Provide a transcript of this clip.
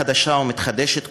חדשה ומתחדשת,